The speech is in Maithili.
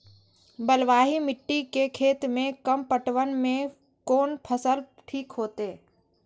बलवाही मिट्टी के खेत में कम पटवन में कोन फसल ठीक होते?